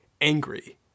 angry